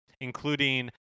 including